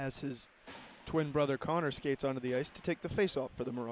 as his twin brother connor skates on to the ice to take the face off for the